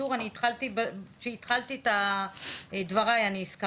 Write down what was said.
אותן שתיים שמודדות